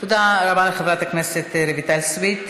תודה רבה לחברת הכנסת רויטל סויד.